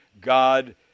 God